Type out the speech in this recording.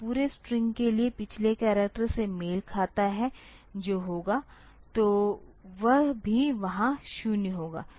तो पूरे स्ट्रिंग के लिए पिछले करैक्टर से मेल खाता है जो होगा तो वह भी वहाँ 0 होगा